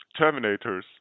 Terminators